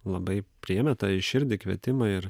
labai priėmė tą į širdį kvietimą ir